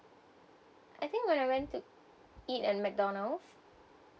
I think when I went to eat at mcdonald's